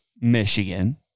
Michigan